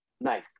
Nice